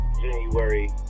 january